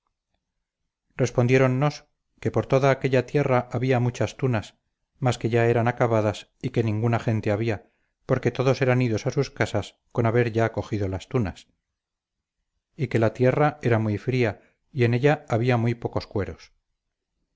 respondiéronnos que por toda aquella tierra había muchas tunas mas que ya eran acabadas y que ninguna gente había porque todos eran idos a sus casas con haber ya cogido las tunas y que la tierra era muy fría y en ella había muy pocos cueros